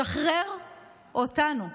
שחרר אותנו.